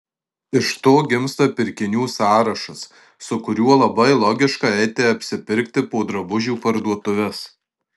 iš to gimsta pirkinių sąrašas su kuriuo labai logiška eiti apsipirkti po drabužių parduotuves